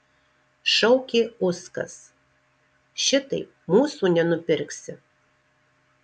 šaukė uskas šitaip mūsų nenupirksi